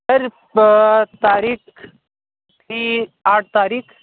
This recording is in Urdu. سر تاریخ تھی آٹھ تاریخ